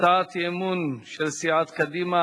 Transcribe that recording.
הצעת אי-אמון של סיעות קדימה,